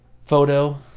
photo